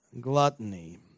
gluttony